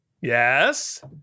Yes